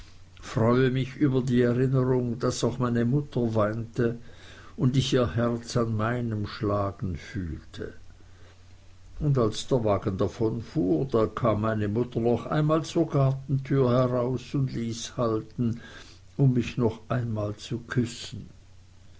freue mich über die erinnerung daß auch meine mutter weinte und ich ihr herz an meinem schlagen fühlte und als der wagen davonfuhr da kam meine mutter noch einmal zur gartentür heraus und ließ halten um mich noch einmal zu küssen